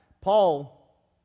Paul